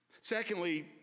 secondly